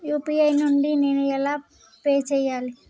UPI నుండి నేను ఎలా పే చెయ్యాలి?